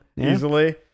easily